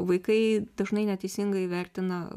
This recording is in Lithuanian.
vaikai dažnai neteisingai įvertina